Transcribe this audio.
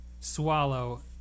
swallow